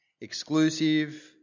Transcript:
exclusive